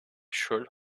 shirt